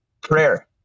prayer